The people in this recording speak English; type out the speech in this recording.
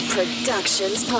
Productions